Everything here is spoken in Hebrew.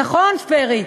נכון, פרי?